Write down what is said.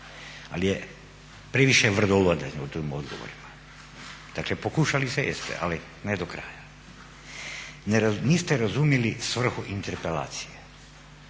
ali je previše vrludanja u tim odgovorima. Dakle, pokušali jeste, ali ne do kraja. Niste razumjeli svrhu interpelacije.